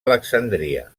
alexandria